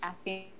asking